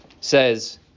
says